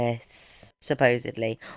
supposedly